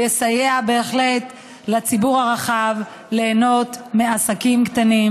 ויסייע לציבור הרחב ליהנות מעסקים קטנים,